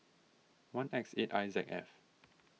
one X eight I Z F